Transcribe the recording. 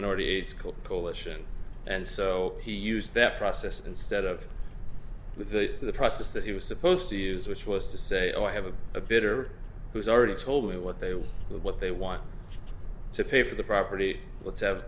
minority aids called coalition and so he used that process instead of with the process that he was supposed to use which was to say oh i have a bitter who's already told me what they believe what they want to pay for the property let's have